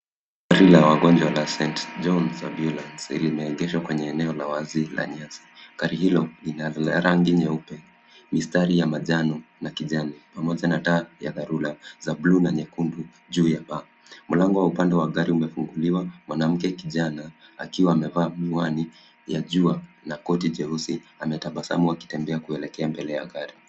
Gari la wagonjwa la St John's ambulance limeegeshwa kwenye eneo wazi la nyasi. Gari hilo nila rangi nyeupe mistari ya majani na kijani pamoja na taa ya dharura za buluu na nyekundu juu ya paa. Mlango wa upande ya gari umefunguliwa. Mwanamke kijana akiwa amevaa miwani ya jua na koti jeusi ametabasamu akitembembea kuelekea mbele ya gari.